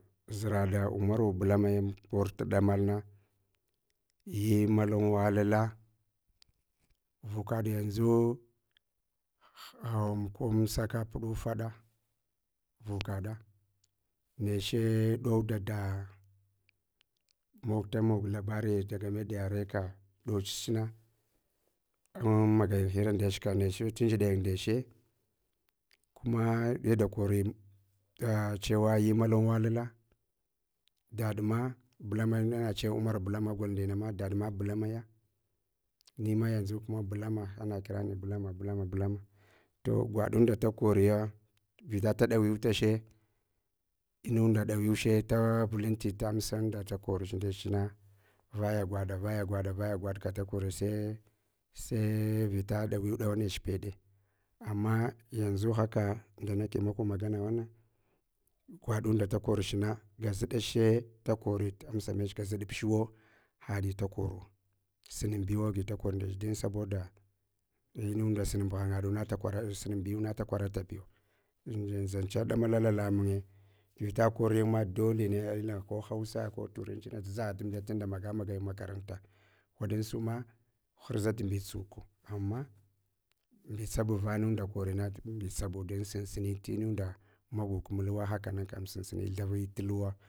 Zraɗa umaru bulamai kor tuɗamalna yi malan walula, vukaɗ yanzu ham kuwam saka puɗu faɗa vuka ɗa neche ɗowda da da mog ta mog labari, fa gamai da yarenka ɗotsichma, un magayin hira ndech ka neche tandziɗayin nde che, kuma yada kori da chewa yi malan wallalah daɗa ma bulamomi anache umar bulama agol ndinama daɗma bulamaiya, nema yanzu kuma bulama ana kirani bulama, bulama, balama, to gwaɗunda da koriya vita tadawiwtache inunda ɗawiwche da vulanti tamsan nda da korch ndech na vaya gwaɗa, vaya gwaɗa, vaya gwaɗ ka da korich sai, sai vita ɗawi ɗawa nech peɗe, ama yanzu haka, nda nake muku maganawanan, gwaɗunda da koruch na, ga zuɗache da kori, tam sa mech gazaɗ bechuwo, haɗi da koruwa, suna biwa ki dakor ndech don saboda inunda sunub ghanga ɗuna takwara, sunu biwuna ta kwarata biw, zan zancha ɗamala lalamunye vita korin ma dole aina ko hausa ko turanchi na dzagha dam diya tunda magamagayin makaranta, waɗansu ma harzat mbitsuk, ama anibitsab avanunda korina dun mbitsabu don san sini tinunda magug mulwa hakanan kam sunsuni thavai tal luwa.